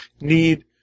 need